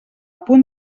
punt